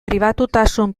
pribatutasun